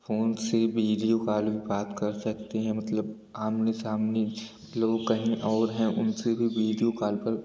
phone से video calling बात कर सकते हैं मतलब आमने सामने लोग कहीं और हैं उनसे भी विडियो काल पर